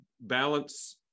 balance